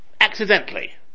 accidentally